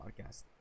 podcast